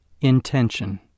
Intention